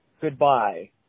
goodbye